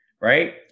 right